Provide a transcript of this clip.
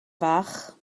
fach